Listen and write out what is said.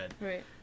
right